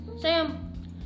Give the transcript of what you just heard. Sam